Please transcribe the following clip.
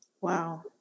Wow